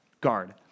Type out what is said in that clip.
guard